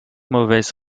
mauvaise